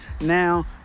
Now